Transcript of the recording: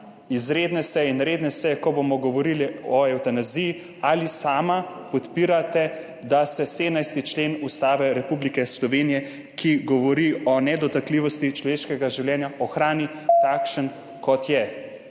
izredne seje in redne seje, ko bomo govorili o evtanaziji: Ali sami podpirate, da se 17. člen Ustave Republike Slovenije, ki govori o nedotakljivosti človeškega življenja, ohrani takšen, kot je?